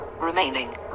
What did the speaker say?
remaining